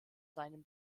seinem